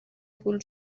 پول